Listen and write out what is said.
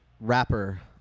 Rapper